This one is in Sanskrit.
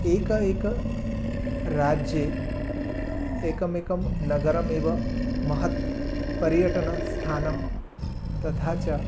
एकैक राज्ये एकमेकं नगरमेव महत् पर्यटनस्थानं तथा च